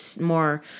more